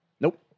Nope